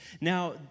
Now